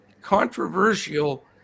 controversial